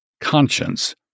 conscience